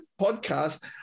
podcast